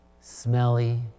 smelly